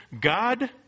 God